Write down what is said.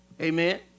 Amen